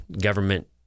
government